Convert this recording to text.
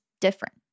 different